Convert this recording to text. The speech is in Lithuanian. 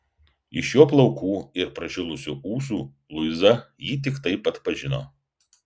iš jo plaukų ir pražilusių ūsų luiza jį tik taip atpažino